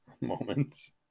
moments